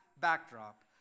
backdrop